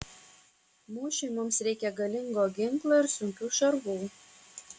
mūšiui mums reikia galingo ginklo ir sunkių šarvų